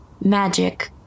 Magic